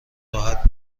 راحت